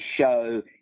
show